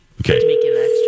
Okay